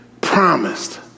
promised